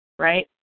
Right